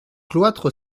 cloître